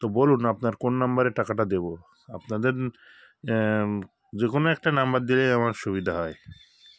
তো বলুন আপনার কোন নাম্বারে টাকাটা দেবো আপনাদের যে কোনো একটা নাম্বার দিলেই আমার সুবিধা হয়